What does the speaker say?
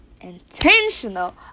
intentional